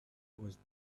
was